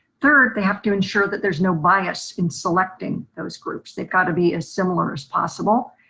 third, they have to ensure that there's no bias in selecting those groups. they've got to be as similar as possible.